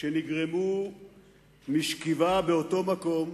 שנגרמו משכיבה באותו מקום,